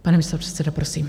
Pane místopředsedo, prosím.